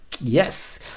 yes